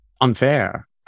unfair